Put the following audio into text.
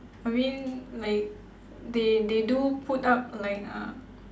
I mean like they they do put up like uh